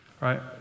right